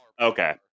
okay